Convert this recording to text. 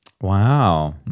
Wow